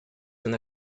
una